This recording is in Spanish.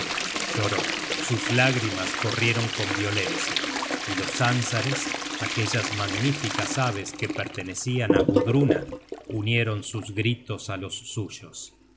lloró sus lágrimas corrieron con violencia y los ánsares aquellas magníficas aves que pertenecian á gudruna unieron sus gritos á los suyos